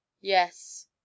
Yes